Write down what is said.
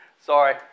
sorry